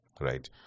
right